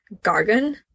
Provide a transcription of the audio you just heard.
Gargan